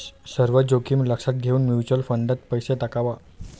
सर्व जोखीम लक्षात घेऊन म्युच्युअल फंडात पैसा टाकावा